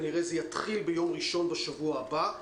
כנראה זה יתחיל ביום ראשון בשבוע הבא.